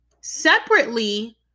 separately